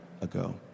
ago